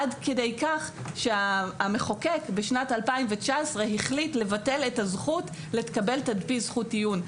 עד כדי כך שהמחוקק בשנת 2019 החליט לבטל את הזכות לקבל תדפיס זכות עיון.